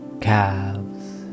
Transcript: calves